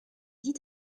dit